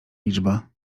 liczba